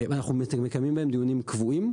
ואנחנו מקיימים בהם דיונים קבועים.